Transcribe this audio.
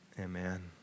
Amen